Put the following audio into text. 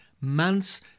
months